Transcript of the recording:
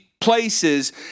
places